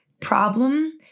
problem